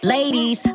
Ladies